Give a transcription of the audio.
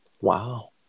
Wow